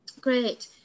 Great